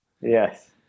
Yes